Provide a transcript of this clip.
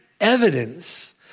evidence